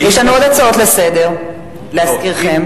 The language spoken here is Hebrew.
יש לנו עוד הצעות לסדר-היום, להזכירכם.